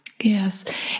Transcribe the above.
Yes